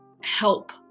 help